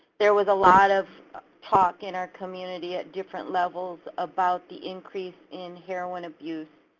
there was a lot of talk in our community at different levels about the increase in heroin abuse.